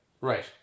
Right